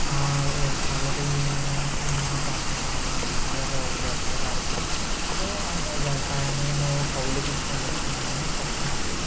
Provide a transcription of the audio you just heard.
already మా తా మా నాన్నగారు వ్యవసాయదారులే సో ఆయన వ్యవసాయాన్ని నేను కౌలికి ఇచ్చి పండించుకుంటున్నాను ప్రస్తుతానికి